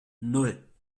nan